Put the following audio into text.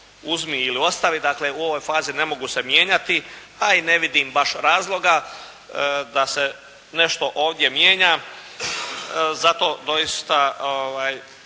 uzmi ili ostavi, dakle u ovoj fazi ne mogu se mijenjati, pa i ne vidim baš razloga da se nešto ovdje mijenja. Zato doista,